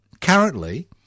Currently